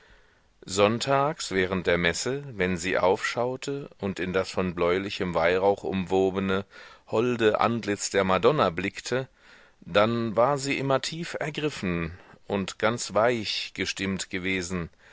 sonntags während der messe wenn sie aufschaute und in das von bläulichem weihrauch umwobene holde antlitz der madonna blickte dann war sie immer tief ergriffen und ganz weich gestimmt gewesen